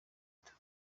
itatu